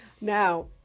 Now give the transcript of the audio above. Now